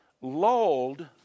lulled